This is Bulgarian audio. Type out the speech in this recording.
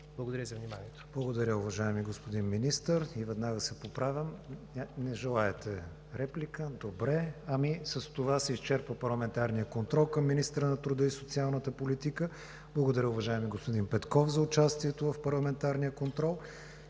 КРИСТИАН ВИГЕНИН: Благодаря, уважаеми господин Министър. Веднага се поправям – не желаете реплика. Добре. С това се изчерпи парламентарният контрол към министъра на труда и социалната политика. Благодаря, уважаеми господин Петков, за участието в парламентарния контрол.